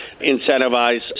incentivize